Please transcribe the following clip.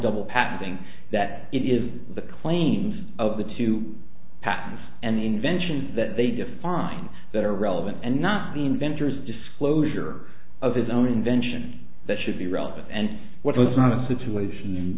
double patting that it is the claims of the two patterns and inventions that they define that are relevant and not the inventors disclosure of his own invention that should be relevant and what was not a situation